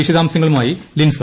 വിശദാംശങ്ങളുമായി ലിൻസ